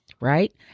Right